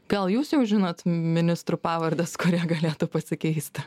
gal jūs jau žinot ministrų pavardes kurie galėtų pasikeisti